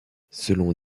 selon